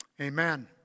Amen